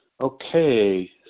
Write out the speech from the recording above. Okay